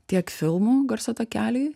tiek filmų garso takeliai